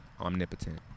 omnipotent